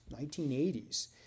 1980s